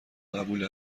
قبول